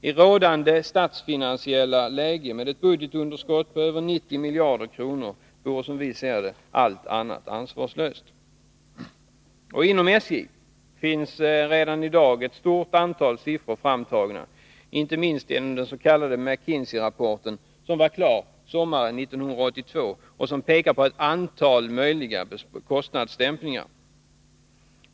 I rådande statsfinansiella läge, med ett budgetunderskott på över 90 miljarder kronor vore, som vi ser det, allt annat ansvarslöst. Inom SJ finns redan i dag ett stort antal siffror framtagna, inte minst inom dens.k. McKinsey-rapporten, som var klar sommaren 1982, och som pekar på ett antal möjliga kostnadsdämpningar.